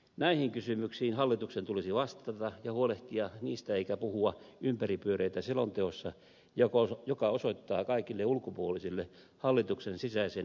näistä kysymyksistä hallituksen tulisi huolehtia eikä puhua ympäripyöreitä selonteossa joka osoittaa kaikille ulkopuolisille hallituksen sisäisen eripuran